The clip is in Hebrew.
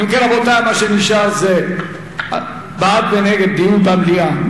אם כן, רבותי, מה שנשאר זה בעד ונגד דיון במליאה.